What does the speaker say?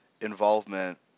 involvement